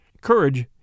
courage